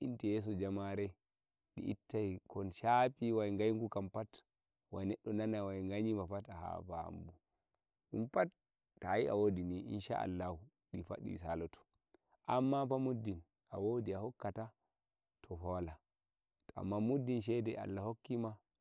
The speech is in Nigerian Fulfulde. dinde jamare di ittai chapiwai neddo nane wai chachime dumpat adi difu saloto wodi to fa wala to amma muddin